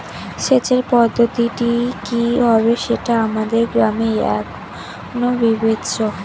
সেচের পদ্ধতিটি কি হবে সেটা আমাদের গ্রামে এখনো বিবেচ্য